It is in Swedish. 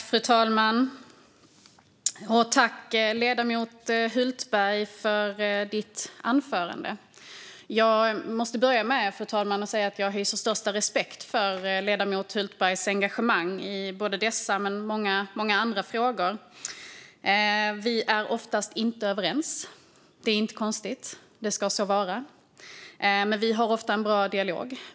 Fru talman! Tack, ledamoten Hultberg, för ditt anförande! Jag måste börja med att säga att jag hyser den största respekt för ledamoten Hultbergs engagemang i både dessa och många andra frågor. Vi är oftast inte överens. Det är inte konstigt - det ska så vara. Men vi har ofta en bra dialog.